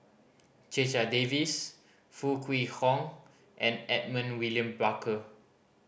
Checha Davies Foo Kwee Horng and Edmund William